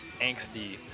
angsty